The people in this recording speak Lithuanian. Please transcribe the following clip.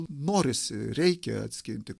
norisi reikia atskirti